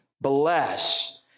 bless